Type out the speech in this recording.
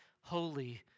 holy